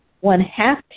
one-half